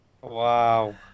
Wow